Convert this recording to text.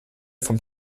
vom